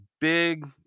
big